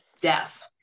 death